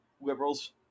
liberals